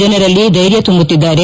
ಜನರಲ್ಲಿ ಧೈರ್ಯ ತುಂಬುತ್ತಿದ್ದಾರೆ